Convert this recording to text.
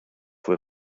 fue